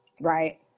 Right